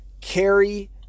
carry